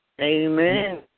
Amen